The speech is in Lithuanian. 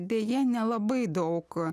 deja nelabai daug